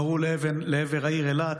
נורו לעבר העיר אילת,